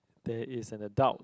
there is an adult